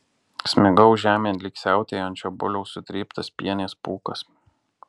smigau žemėn lyg siautėjančio buliaus sutryptas pienės pūkas